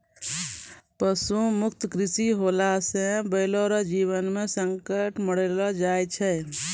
पशु मुक्त कृषि होला से बैलो रो जीवन मे संकट मड़राय रहलो छै